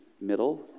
middle